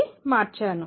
కి మార్చాను